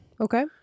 Okay